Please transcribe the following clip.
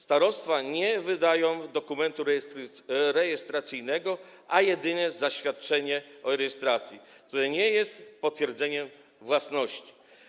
Starostwa nie wydają dokumentu rejestracyjnego, a jedynie zaświadczenie o rejestracji, które nie jest potwierdzeniem własności.